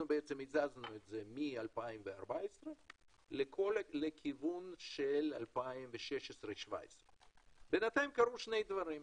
הזזנו את זה מ-2014 לכיוון של 2016-2017. בינתיים קרו שני דברים: